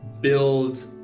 build